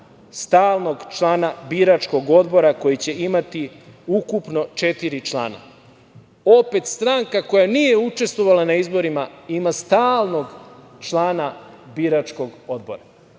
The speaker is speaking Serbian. stalnog člana biračkog odbora koji će imati ukupno četiri člana. Opet, stranka koja nije učestvovala na izborima ima stalnog člana biračkog odbora